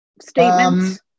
statements